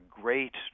great